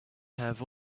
have